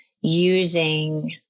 using